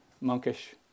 monkish